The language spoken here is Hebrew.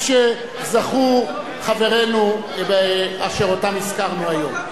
שזכו חברינו אשר אותם הזכרנו היום.